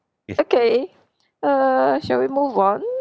okay err shall we move on